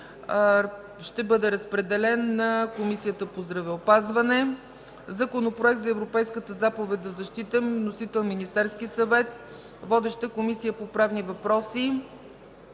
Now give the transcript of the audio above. Ще бъде разпределен на Комисията по здравеопазване. Законопроект за Европейската заповед за защита. Вносител – Министерският съвет. Водеща е Комисията по правни въпроси.